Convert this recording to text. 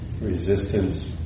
resistance